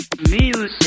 Music